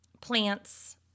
plants